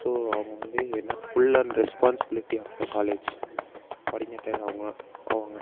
so அவங்க வந்து என்ன full and responsibility of the college coordinator அவங்க அவங்க